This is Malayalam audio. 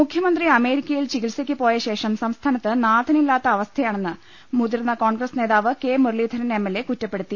മുഖ്യമന്ത്രി അമേരിക്കയിൽ ചികിത്സയ്ക്ക് പോയശേഷം സംസ്ഥാനത്ത് നാഥനില്ലാത്ത അവസ്ഥയാണെന്ന് മുതിർന്ന കോൺഗ്രസ് നേതാവ് K Muraleedharan M L A കുറ്റപ്പെടു ത്തി